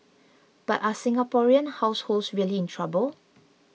but are Singaporean households really in trouble